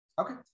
Okay